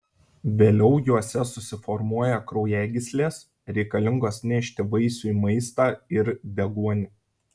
vėliau juose susiformuoja kraujagyslės reikalingos nešti vaisiui maistą ir deguonį